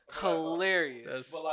Hilarious